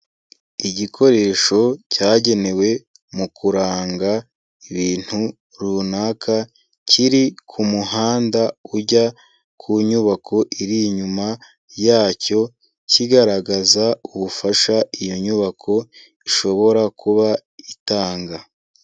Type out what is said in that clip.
Igikoresho cyagenewe mu kuranga ibintu runaka kiri ku muhanda ujya ku nyubako iri inyuma yacyo, kigaragaza ubufasha iyo nyubako ishobora kuba itanga.